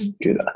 good